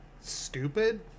stupid